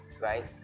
right